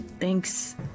Thanks